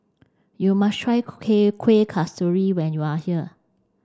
you must try Kueh Kasturi when you are here